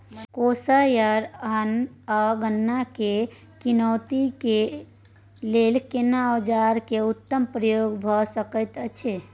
कोसयार आ गन्ना के निकौनी के लेल केना औजार के उत्तम प्रयोग भ सकेत अछि?